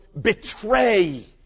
betray